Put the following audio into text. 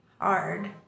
hard